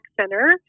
center